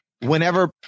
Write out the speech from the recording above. Whenever